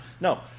no